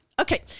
Okay